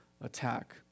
attack